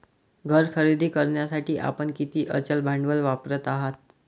घर खरेदी करण्यासाठी आपण किती अचल भांडवल वापरत आहात?